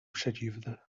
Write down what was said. przedziwny